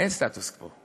אין סטטוס קוו.